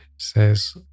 says